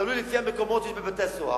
תלוי לפי המקומות שיש בבתי-הסוהר,